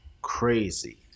crazy